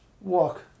Walk